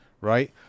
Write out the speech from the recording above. right